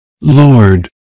Lord